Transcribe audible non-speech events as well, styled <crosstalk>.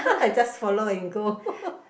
<laughs> I just follow and go